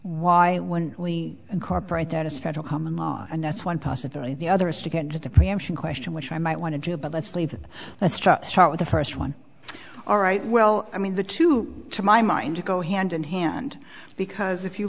why when only incorporate that is federal common law and that's one possibility the other is to get to the preemption question which i might want to do but let's leave let's start with the first one all right well i mean the two to my mind to go hand in hand because if you